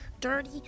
dirty